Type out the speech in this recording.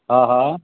हा हा